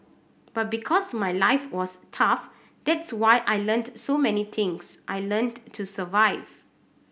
but because my life was tough that's why I learnt so many things I learnt to survive